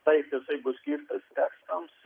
taip jisai bus skirtas tekstams